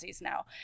now